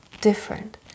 different